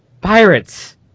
pirates